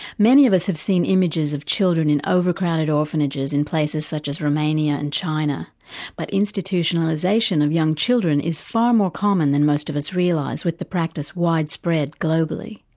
many of us have seen images of children in overcrowded orphanages in places such as romania and china but institutionalisation of young children is far more common than most of us realise, with the practice widespread globally.